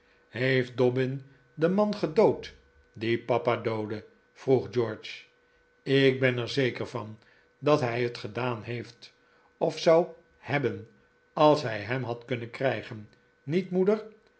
heeft dobbin den man gedood die papa doodde vroeg george ik ben er zeker van dat hij het gedaan heeft of zou hebben als hij hem had kunnen krijgen niet moeder